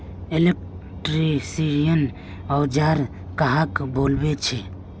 Electrician औजार कहाक बोले छे?